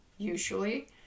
Usually